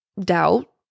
doubt